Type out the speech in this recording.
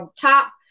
top